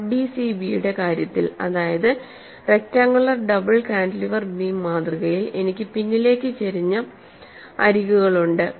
RDCB യുടെ കാര്യത്തിൽ അതായത് റെക്ടങ്കുലർ ഡബിൾ കാന്റിലിവർ ബീം മാതൃകയിൽ എനിക്ക് പിന്നിലേക്ക് ചരിഞ്ഞ അരികുകളുണ്ട്